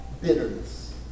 bitterness